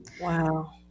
Wow